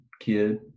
kid